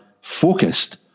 focused